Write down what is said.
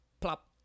plop